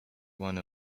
one